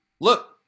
look